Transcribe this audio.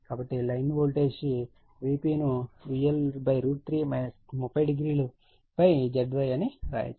కాబట్టి line voltage VP ను VL3∠ 300ZYఅని వ్రాయవచ్చు